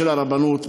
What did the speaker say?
של הרבנות,